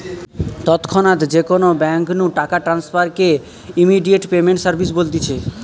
তৎক্ষণাৎ যে কোনো বেঙ্ক নু টাকা ট্রান্সফার কে ইমেডিয়াতে পেমেন্ট সার্ভিস বলতিছে